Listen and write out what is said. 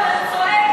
צועק